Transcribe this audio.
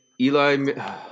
Eli